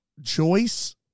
Joyce